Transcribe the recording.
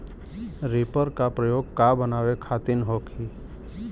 Reaper का प्रयोग का बनावे खातिन होखि?